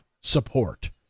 support